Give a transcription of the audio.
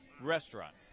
restaurant